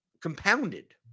compounded